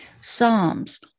Psalms